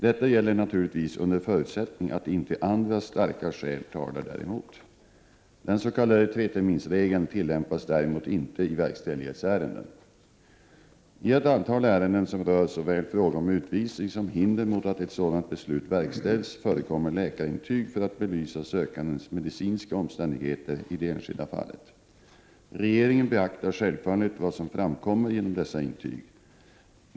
Detta gäller naturligtvis under förutsättning att inte andra starka skäl talar däremot. Den s.k. treterminsregeln tillämpas däremot inte i verkställighetsärenden. I ett antal ärenden som rör såväl fråga om utvisning som hinder mot att ett sådant beslut verkställs förekommer läkarintyg för att belysa sökandens medicinska omständigheter i det enskilda fallet. Regeringen beaktar självfallet vad som framkommer genom dessa intyg.